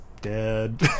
dead